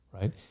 right